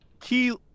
Key